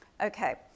Okay